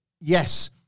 yes